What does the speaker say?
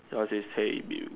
so I say hey Bill